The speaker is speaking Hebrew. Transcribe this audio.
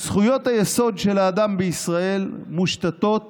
"זכויות היסוד של האדם בישראל מושתתות